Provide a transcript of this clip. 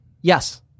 Yes